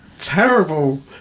terrible